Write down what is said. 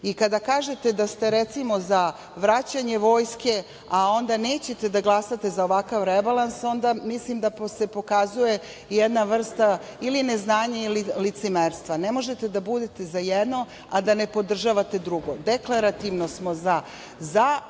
kažete da ste, recimo, za vraćanje vojske, a onda nećete da glasate za ovakav rebalans, onda mislim da se pokazuje jedna vrsta ili neznanja, ili licemerstva. Ne možete da budete za jedno, a da ne podržavate drugo. Deklarativno smo za